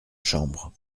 chambre